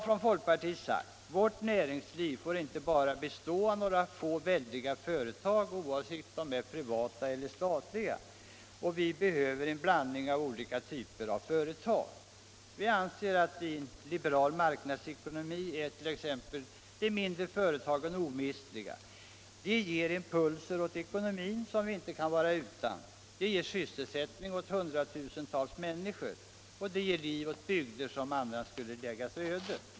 Från folkpartiet har vi sagt: Vårt näringsliv får inte bestå bara av några få väldiga företag, oavsett om de är statliga eller privata. Vi behöver en blandning av olika typer av företag. I en liberal marknadsekonomi är t.ex. de mindre företagen omistliga. De ger impulser åt ekonomin som vi inte kan vara utan. De ger sysselsättning åt 100 000-tals människor. De ger liv åt bygder som annars skulle läggas öde.